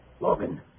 Logan